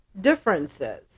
differences